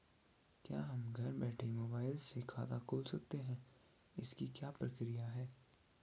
क्या हम घर बैठे मोबाइल से खाता खोल सकते हैं इसकी क्या प्रक्रिया है?